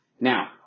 Now